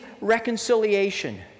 reconciliation